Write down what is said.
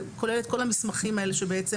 זה כולל את כל המסמכים האלה שפורסמו.